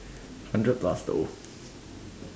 hundred plus though